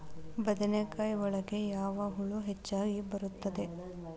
ಬದನೆಕಾಯಿ ಒಳಗೆ ಯಾವ ಹುಳ ಹೆಚ್ಚಾಗಿ ಬರುತ್ತದೆ?